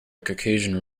caucasian